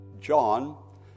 John